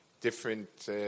different